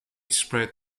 spread